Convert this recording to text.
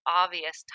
obvious